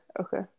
okay